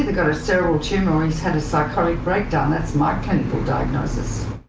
a cerebral tumor or he's had a psychotic breakdown, that's my clinical diagnosis.